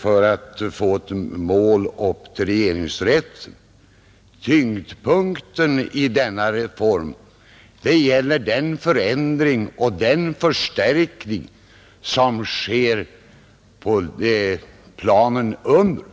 för att få ett mål upp till regeringsrätten utan i den förändring och förstärkning som sker på planen under.